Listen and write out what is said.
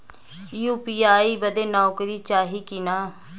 UPI बदे नौकरी चाही की ना?